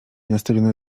nastawione